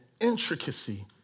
intricacy